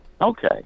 okay